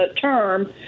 term